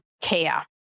care